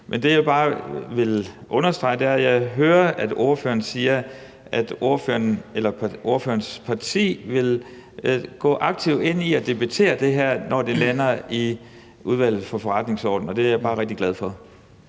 jeg bare vil understrege, er, at jeg hører, at ordføreren siger, at ordførerens parti vil gå aktivt ind i at debattere det her, når det lander i Udvalget for Forretningsordenen, og det er jeg bare rigtig glad for.